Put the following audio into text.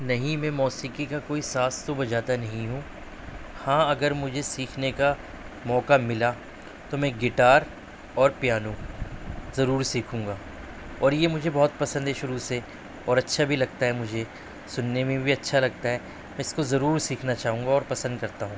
نہیں میں موسیقی کا کوئی ساز تو بجاتا نہیں ہوں ہاں اگر مجھے سیکھنے کا موقع مِلا تو میں گِٹار اور پیانو ضرور سیکھوں گا اور یہ مجھے بہت پسند ہے شروع سے اور اچھا بھی لگتا ہے مجھے سُننے میں بھی اچھا لگتا ہے میں اِس کو ضرور سیکھنا چاہوں گا اور پسند کرتا ہوں